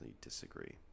disagree